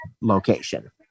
location